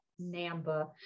namba